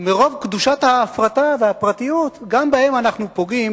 מרוב קדושת ההפרטה והפרטיות, גם בהם אנחנו פוגעים